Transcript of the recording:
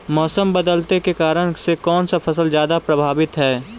मोसम बदलते के कारन से कोन फसल ज्यादा प्रभाबीत हय?